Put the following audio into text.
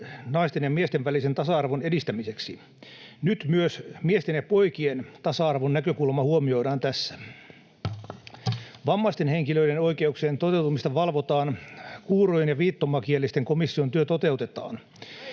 naisten ja miesten välisen tasa-arvon edistämiseksi. Nyt myös miesten ja poikien tasa-arvon näkökulma huomioidaan tässä. Vammaisten henkilöiden oikeuksien toteutumista valvotaan, kuurojen ja viittomakielisten komission työ toteutetaan.